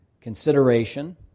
consideration